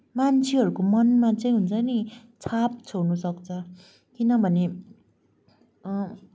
मान्छेहरूको मनमा चाहिँ हुन्छ नि छाप छोड्न सक्छ किनभने